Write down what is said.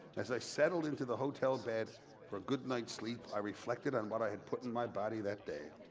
as i settled into the hotel bed for a good night's sleep, i reflected on what i had put in my body that day.